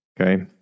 Okay